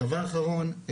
דבר אחרון,